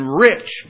rich